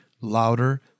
louder